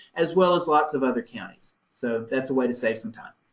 as well as lots of other counties. so that's a way to save some time.